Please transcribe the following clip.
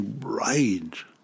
rage